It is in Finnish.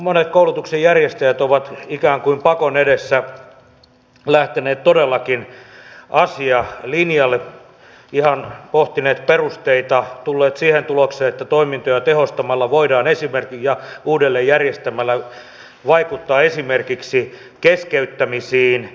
monet koulutuksen järjestäjät ovat ikään kuin pakon edessä lähteneet todellakin asialinjalle ihan pohtineet perusteita ja tulleet siihen tulokseen että toimintoja tehostamalla ja uudelleen järjestämällä voidaan vaikuttaa esimerkiksi keskeyttämisiin